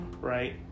Right